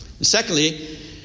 Secondly